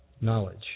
knowledge